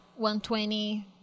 120